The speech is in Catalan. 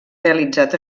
realitzat